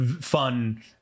fun